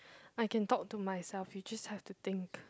I can talk to myself you just have to think